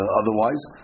otherwise